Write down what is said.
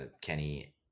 Kenny